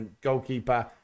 goalkeeper